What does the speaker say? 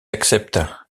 accepte